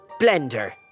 Blender